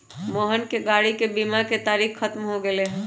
मोहन के गाड़ी के बीमा के तारिक ख़त्म हो गैले है